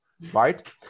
right